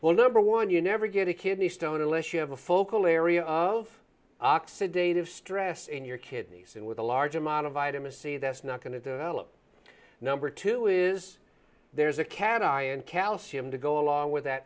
well number one you never get a kidney stone unless you have a focal area of oxidative stress in your kidneys and with a large amount of vitamin c that's not going to develop number two is there's a can i and calcium to go along with that